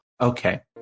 Okay